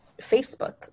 Facebook